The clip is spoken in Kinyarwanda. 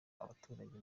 abaturage